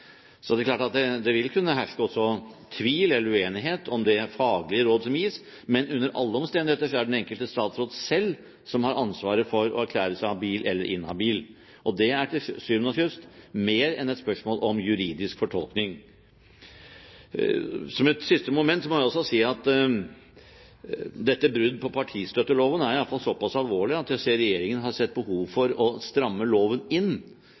Så det er klart at det også vil kunne herske tvil eller uenighet om det faglige råd som gis, men under alle omstendigheter er det den enkelte statsråd selv som har ansvaret for å erklære seg habil eller inhabil. Det er til syvende og sist mer enn et spørsmål om juridisk fortolkning. Som et siste moment må jeg også si at dette brudd på partistøtteloven er i alle fall såpass alvorlig at jeg ser at regjeringen har sett behov for å stramme loven inn.